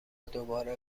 دوباره